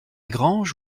grange